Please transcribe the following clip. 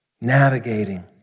navigating